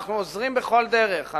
אנחנו עוזרים בכל דרך.